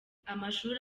amashuri